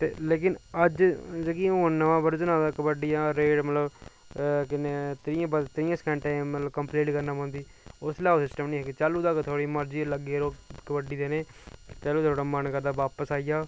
ते लेकिन अज्ज जेह्की हून नमां बर्जन आवा दा कबड्डी दा रेड मतलब त्रैइये सैंकटें च मतलब कम्पलीट करना पोंदी उसलै ओह् सिस्टम निं ऐ हा तैह्लूं तक्क थोआड़ी मर्जी कबड्डी देनी तैह्लूं थोआड़ा मन करदा वापस आई जाओ